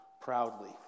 proudly